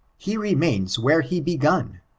he remains where he begon,